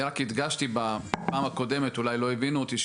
אני רק הדגשתי ובפעם הקודמת אולי לא הבינו אותי,